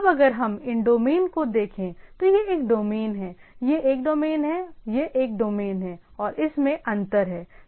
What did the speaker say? अब अगर हम इन डोमेन को देखें तो यह एक डोमेन है यह एक डोमेन है यह एक डोमेन है और इसमें अंतर हैं